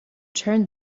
turn